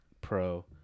pro